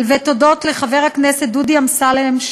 ותודות לחבר הכנסת דודי אמסלם,